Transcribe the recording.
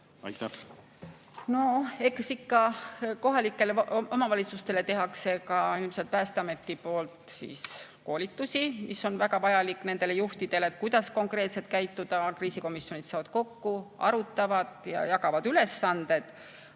No eks kohalikele omavalitsustele tehakse ka ilmselt Päästeameti poolt koolitusi, mis on väga vajalik nendele juhtidele, kuidas konkreetselt käituda. Kriisikomisjonid saavad kokku, arutavad ja jagavad ülesandeid.